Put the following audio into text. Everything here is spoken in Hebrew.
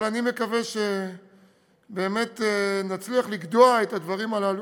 אבל אני מקווה שבאמת נצליח לגדוע את הדברים הללו,